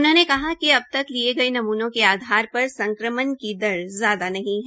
उन्होंने कहा कि अब तक लिये गये नमूनों के आधार पर संक्रमण की दर ज्यादा नहीं है